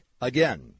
Again